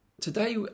Today